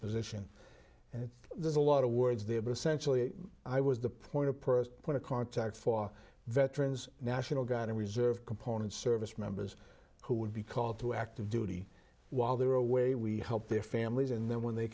position and there's a lot of words there but essentially i was the point person point of contact for veterans national guard and reserve component service members who would be called to active duty while they were away we helped their families and then when they